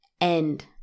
end